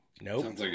Nope